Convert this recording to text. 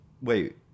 Wait